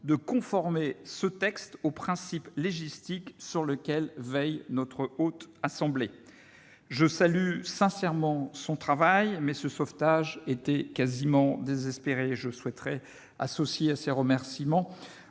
de conformer ce texte aux principes légistiques sur lesquels veille la Haute Assemblée. Je salue sincèrement son travail, mais ce sauvetage était quasiment désespéré ... J'associe à ces remerciements